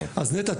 אז נטע,